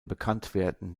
bekanntwerden